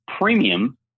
premium